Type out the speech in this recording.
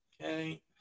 Okay